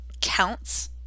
counts